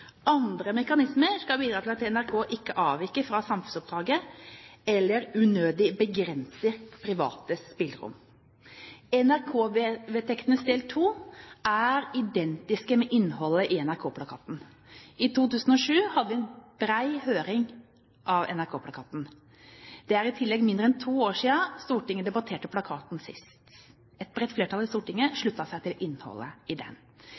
Andre mekanismer skal bidra til at NRK ikke avviker fra samfunnsoppdraget eller unødig begrenser privates spillerom. NRK-vedtektenes del II er identisk med innholdet i NRK-plakaten. I 2007 hadde vi en bred høring om NRK-plakaten. Det er i tillegg mindre enn to år siden Stortinget debatterte plakaten sist. Et bredt flertall i Stortinget sluttet seg til innholdet i den.